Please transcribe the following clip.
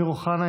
אמיר אוחנה,